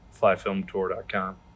flyfilmtour.com